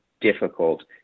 difficult